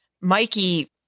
Mikey